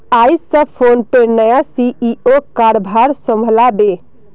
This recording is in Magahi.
आइज स फोनपेर नया सी.ई.ओ कारभार संभला बे